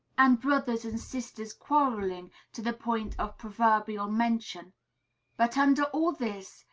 and brothers and sisters quarrelling to the point of proverbial mention but under all this,